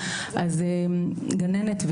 גננת,